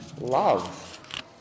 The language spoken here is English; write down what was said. Love